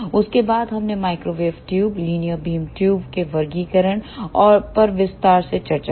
उसके बाद हमने माइक्रोवेव ट्यूबों लीनियर बीम ट्यूबों के वर्गीकरण पर विस्तार से चर्चा की